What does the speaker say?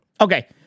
Okay